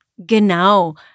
Genau